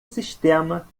sistema